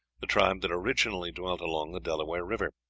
the tribe that originally dwelt along the delaware river.